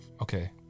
okay